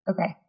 Okay